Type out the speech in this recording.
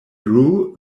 grew